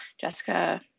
Jessica